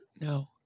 no